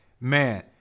Man